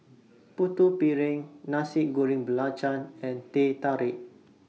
Putu Piring Nasi Goreng Belacan and Teh Tarik